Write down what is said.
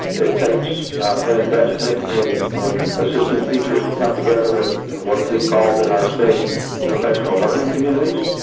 it takes an investment in in assisting teachers to come together in in what we called in our state professional learning communities,